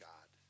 God